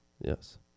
Yes